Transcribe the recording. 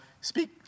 speak